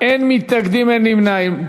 אין מתנגדים, אין נמנעים.